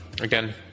again